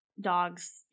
dog's